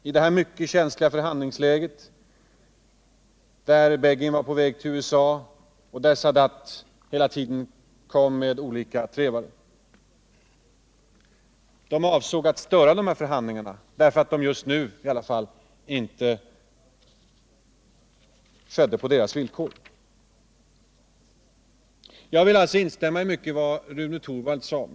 I det mycket känsliga förhandlingsläget, där Begin var på väg till USA och där Sadat hela tiden kom med olika trevare, ville PLO störa förhandlingarna därför att de i varje fall just nu inte skedde på dess villkor. Jag vill instämma i mycket av vad Rune Torwald sade.